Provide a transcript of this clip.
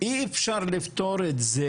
אי אפשר לפתור את זה